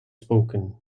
spoken